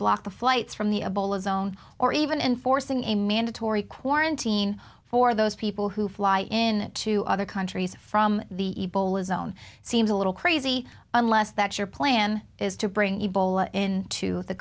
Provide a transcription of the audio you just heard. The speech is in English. block the flights from the a bullet zone or even enforcing a mandatory quarantine for those people who fly in to other countries from the ebola zone seems a little crazy unless that your plan is to bring ebola in to the